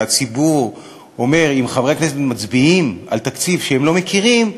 והציבור אומר: אם חברי הכנסת מצביעים על תקציב שהם לא מכירים,